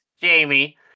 Jamie